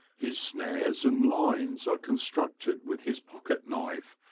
his snares and lines are constructed with his pocket knife,